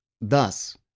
Thus